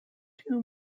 two